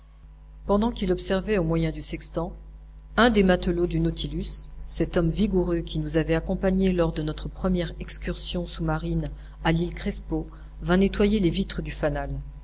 pendant qu'il observait au moyen du sextant un des matelots du nautilus cet homme vigoureux qui nous avait accompagnés lors de notre première excursion sous-marine à l'île crespo vint nettoyer les vitres du fanal